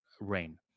rain